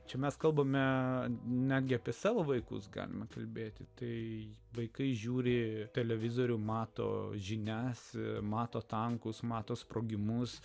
čia mes kalbame netgi apie savo vaikus galima kalbėti tai vaikai žiūri televizorių mato žinias mato tankus mato sprogimus